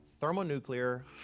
thermonuclear